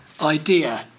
idea